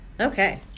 Okay